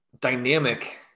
dynamic